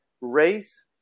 race